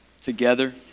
together